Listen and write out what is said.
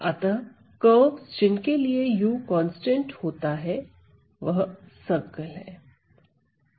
अतः कर्वेस जिनके लिए u कांस्टेंट है वह सर्कल है